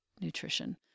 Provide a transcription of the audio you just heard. nutrition